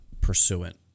pursuant